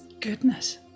Goodness